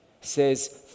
says